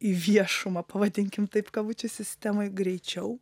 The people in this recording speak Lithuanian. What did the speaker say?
į viešumą pavadinkime taip kabučių sistemoj greičiau